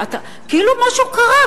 כאילו משהו קרה,